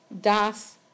das